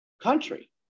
country